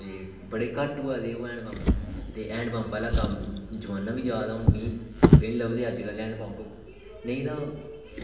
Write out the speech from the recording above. ते बड़े घट्ट होआ दे ओह् हैंड पम्प ते हैंड पम्प ओह्ला जमाना बी जा दा हुन तुप्पे दे नीं लभदे अज्ज कल नेईं तां